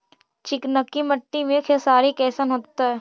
चिकनकी मट्टी मे खेसारी कैसन होतै?